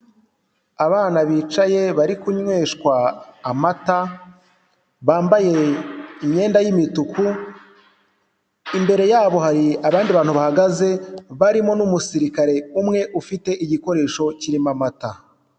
Abana bicaye bari kunyweshwa amata, bambaye imyenda y'imituku, imbere yabo hari abandi bantu bahagaze barimo n'umusirikare umwe ufite igikoresho kirimo amata.